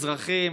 אזרחים,